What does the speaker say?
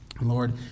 Lord